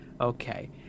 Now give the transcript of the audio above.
Okay